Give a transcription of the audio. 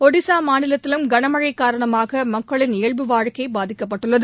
ஒடிசா மாநிலத்திலும் களமழழ காரணமாக மக்களின் இயல்பு வாழ்க்கை பாதிக்கப்பட்டுள்ளது